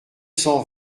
cent